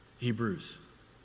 Hebrews